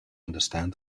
understand